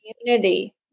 community